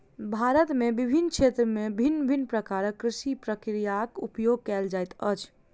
भारत में विभिन्न क्षेत्र में भिन्न भिन्न प्रकारक कृषि प्रक्रियाक उपयोग कएल जाइत अछि